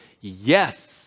yes